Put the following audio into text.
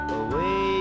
away